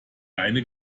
deine